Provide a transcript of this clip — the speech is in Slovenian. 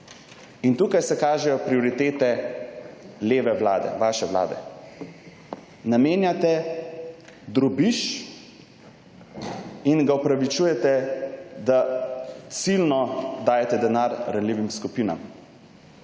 In tukaj se kažejo prioritete leve vlade, vaše vlade. Namenjate drobiž in ga upravičujete, da ciljno dajete denar ranljivim skupinam.